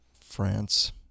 France